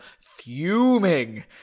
fuming